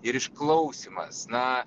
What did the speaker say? ir išklausymas na